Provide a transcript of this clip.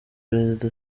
perezida